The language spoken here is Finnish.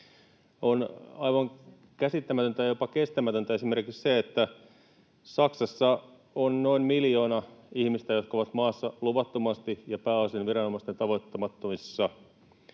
On aivan käsittämätöntä ja jopa kestämätöntä esimerkiksi se, että Saksassa on noin miljoona ihmistä, jotka ovat maassa luvattomasti ja pääosin viranomaisten tavoittamattomissa.